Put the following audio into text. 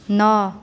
नओ